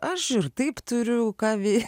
aš ir taip turiu ką veik